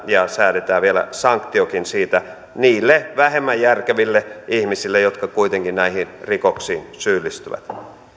ja säädetään vielä sanktiokin siitä niille vähemmän järkeville ihmisille jotka kuitenkin näihin rikoksiin syyllistyvät